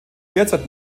derzeit